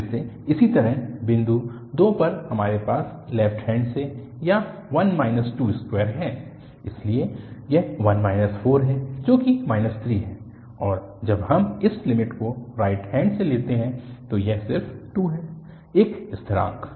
फिर से इसी तरह बिंदु 2 पर हमारे पास लेफ्ट हैन्ड से यह 1 22 है इसलिए यह 1 4 है जो कि 3 है और जब हम इस लिमिट को राइट हैन्ड से लेते हैं तो यह सिर्फ 2 है एक स्थिरांक